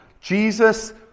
Jesus